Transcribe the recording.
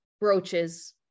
Brooches